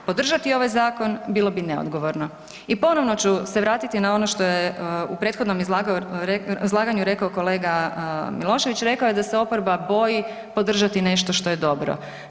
Podržati ovaj zakon bilo bi neodgovorno i ponovno ću se vratiti na ono što je u prethodnom izlaganju rekao kolega Milošević, rekao je da se oporba boji podržati nešto što je dobro.